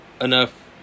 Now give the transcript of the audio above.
enough